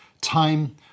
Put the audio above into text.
time